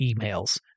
emails